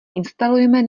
instalujeme